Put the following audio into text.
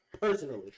personally